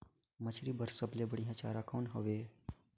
मछरी बर सबले बढ़िया चारा कौन हवय?